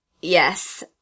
Yes